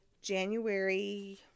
January